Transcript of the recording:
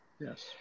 yes